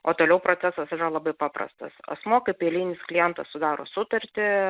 o toliau procesas yra labai paprastas asmuo kaip eilinis klientas sudaro sutartį